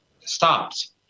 stopped